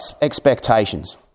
expectations